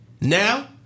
Now